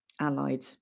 Allied